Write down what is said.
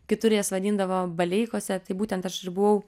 kitur jas vadindavo baleikose tai būtent aš išbuvau